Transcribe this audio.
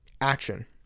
action